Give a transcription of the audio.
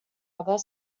other